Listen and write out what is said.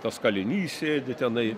tas kalinys sėdi tenai